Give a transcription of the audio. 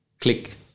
click